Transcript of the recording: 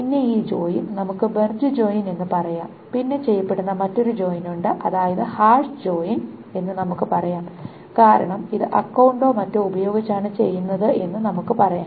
പിന്നെ ഈ ജോയിൻ നമുക്ക് മെർജ് ജോയിൻ എന്ന് പറയാം പിന്നെ ചെയ്യപ്പെടുന്ന മറ്റൊരു ജോയിൻ ഉണ്ട് അതായത് ഹാഷ് ജോയിൻ എന്ന് നമുക്ക് പറയാം കാരണം ഇത് അക്കൌണ്ടോ മറ്റോ ഉപയോഗിച്ചാണ് ചെയ്യുന്നത് എന്ന് നമുക്ക് പറയാം